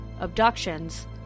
abductions